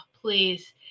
please